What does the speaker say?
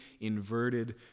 inverted